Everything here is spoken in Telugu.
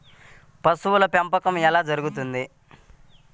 పశువుల పెంపకం ఎలా జరుగుతుంది?